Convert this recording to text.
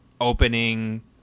opening